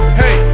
hey